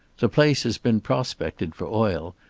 the place has been prospected for oil,